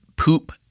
Poop